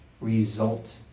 result